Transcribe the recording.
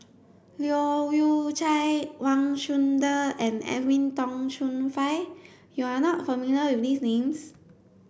Leu Yew Chye Wang Chunde and Edwin Tong Chun Fai you are not familiar with these names